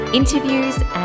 interviews